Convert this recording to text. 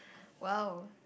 !wow!